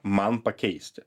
man pakeisti